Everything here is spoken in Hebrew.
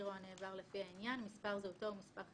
באשראי למניעת הלבנת הון ומימון טרור),